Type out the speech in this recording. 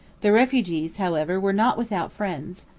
the refugees, however, were not without friends.